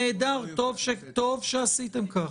נהדר, טוב שעשיתם כך.